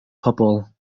pobl